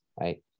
right